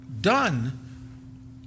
done